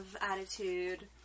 attitude